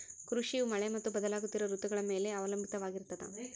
ಕೃಷಿಯು ಮಳೆ ಮತ್ತು ಬದಲಾಗುತ್ತಿರೋ ಋತುಗಳ ಮ್ಯಾಲೆ ಅವಲಂಬಿತವಾಗಿರ್ತದ